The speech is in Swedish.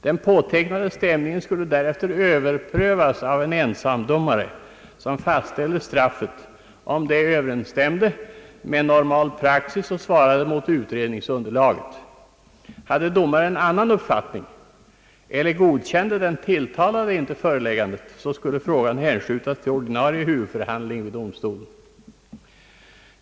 Den påtecknade stämningen skulle därefter överprövas av en ensamdomare som fastställde straffet, om detta överensstämde med normal praxis och svarade mot utredningsunderlaget. Hade domaren annan uppfattning eller godkände den tilltalade inte föreläggandet, skulle frågan hänskjutas till ordinarie huvudförhandling vid domstolen.